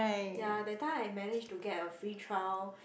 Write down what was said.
ya that time I managed to get a free trial